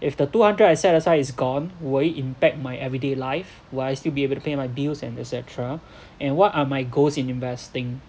if the two hundred I set aside is gone will it impact my everyday life will I still be able to pay my bills and et cetera and what are my goals in investing